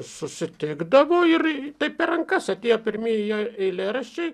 susitikdavo ir taip per rankas atėjo pirmieji jo eilėraščiai